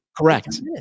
Correct